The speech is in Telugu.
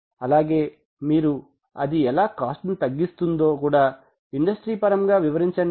అలాగే మీరు అది ఎలా కాస్ట్ ని తగ్గిస్తుందో కూడా ఇండస్ట్రి పరముగా వివరించండి